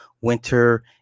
winter